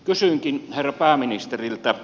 kysynkin herra pääministeriltä